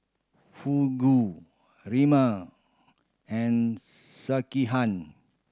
Fugu Ramen and Sekihan